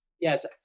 Yes